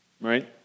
right